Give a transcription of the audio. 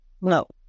No